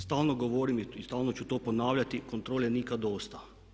Stalno govorim i stalno ću to ponavljati, kontrole nikad dosta.